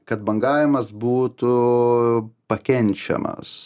kad bangavimas būtų pakenčiamas